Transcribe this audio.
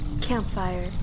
Campfire